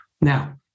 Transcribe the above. Now